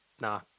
Nah